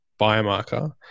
biomarker